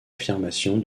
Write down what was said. affirmation